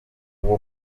uwo